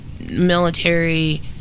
military